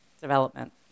development